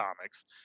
comics